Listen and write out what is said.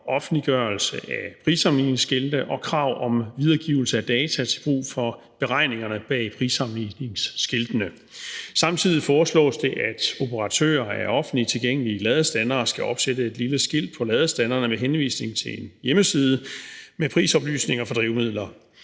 offentliggørelse af prissammenligningsskilte og krav om videregivelse af data til brug for beregningerne bag prissammenligningsskiltene. Samtidig foreslås det, at operatører af offentligt tilgængelige ladestandere skal opsætte et lille skilt på ladestanderne med henvisning til en hjemmeside med prisoplysninger for drivmidler.